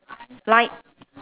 light